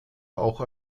auch